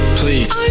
please